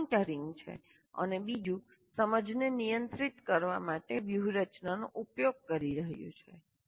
એક મોનિટરિંગ છે અને બીજું સમજને નિયંત્રિત કરવા માટે વ્યૂહરચનાનો ઉપયોગ કરી રહ્યું છે